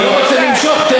אני לא רוצה למשוך.